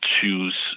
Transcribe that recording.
choose